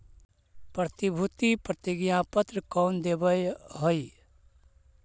प्रतिभूति प्रतिज्ञा पत्र कौन देवअ हई